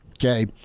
okay